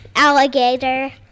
alligator